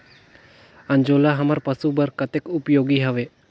अंजोला हमर पशु बर कतेक उपयोगी हवे?